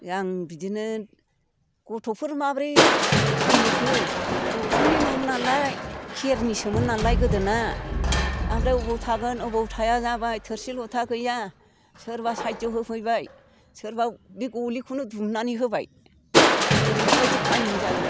आं बिदिनो गथ'फोर माबोरै खामहोखो उखुमनि नमोन नालाय खेरनिसोमोन नालाय गोदोना आमफ्राय अबाव थागोन अबाव थाया जाबाय थोरसि ल'था गैया सोरबा साहायज' होफैबाय सोरबा बे गलिखौनो दुमनानै होबाय ओरैदबायदि खाहिनि जादों